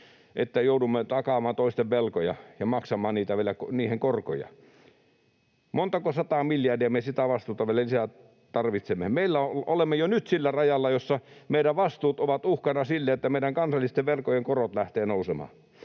että joudumme takaamaan toisten velkoja ja maksamaan vielä niiden korkoja. Montako sataa miljardia me sitä vastuuta vielä lisää tarvitsemme? Me olemme jo nyt sillä rajalla, missä meidän vastuut ovat uhkana sille, että meidän kansallisten velkojen korot lähtevät nousemaan.